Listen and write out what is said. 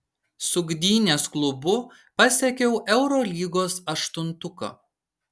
su gdynės klubu pasiekiau eurolygos aštuntuką